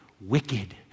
wicked